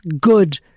good